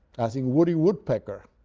as in woody woodpecker.